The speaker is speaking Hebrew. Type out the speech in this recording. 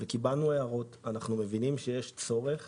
קיבלנו הערות ואנחנו מבינים שיש צורך